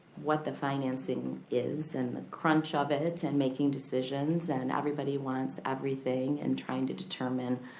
what the financing is and the crunch of it, and making decisions. and everybody wants everything, and trying to determine